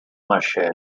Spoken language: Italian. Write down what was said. mascella